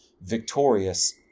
victorious